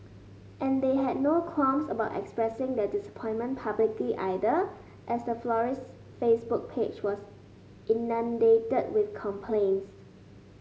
and they had no qualms about expressing their disappointment publicly either as the florist's Facebook page was inundated with complaints